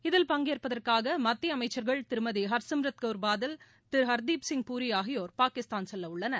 இதில் பங்கேற்பதற்காக மத்திய அமைச்சர்கள் திருமதி ஹர்சிம்ரத் கவுர் பாதல் திரு ஹர்தீப் சிங் பூரி ஆகியோர் பாகிஸ்தான் செல்லவுள்ளனர்